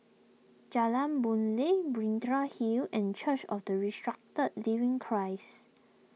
Jalan Boon Lay Binjai Hill and Church of the Resurrected Living Christ